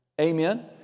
Amen